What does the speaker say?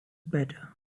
better